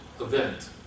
event